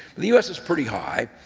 the u s. is pretty high.